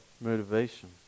motivation